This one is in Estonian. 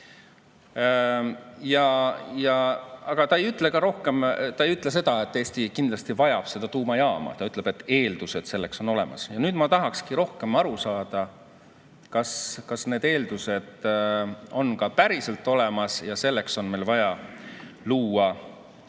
Aga ta ei ütle ka rohkem. Ta ei ütle seda, et Eesti kindlasti vajab tuumajaama, ta ütleb, et eeldused selleks on olemas. Ja nüüd ma tahakski rohkem aru saada, kas need eeldused on ka päriselt olemas, ja selleks on meil vaja luua regulaator.